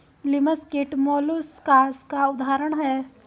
लिमस कीट मौलुसकास का उदाहरण है